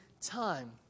time